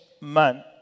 man